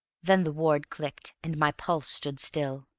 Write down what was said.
then the ward clicked, and my pulse stood still.